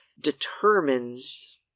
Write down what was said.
determines